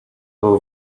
był